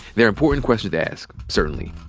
they're important questions to ask, certainly.